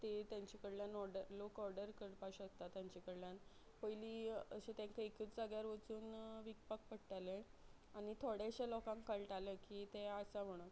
ते तेंचे कडल्यान ऑर्डर लोक ऑर्डर करपाक शकता तेंचे कडल्यान पयली अशे तेंका एकूच जाग्यार वचून विकपाक पडटाले आनी थोडेशे लोकांक कळटाले की ते आसा म्हणून